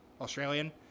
Australian